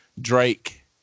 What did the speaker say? Drake